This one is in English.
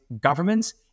governments